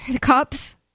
Cops